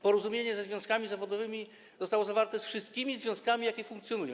Porozumienie ze związkami zawodowymi zostało zawarte ze wszystkimi związkami, jakie funkcjonują.